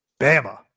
Bama